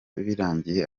birangiye